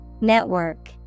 Network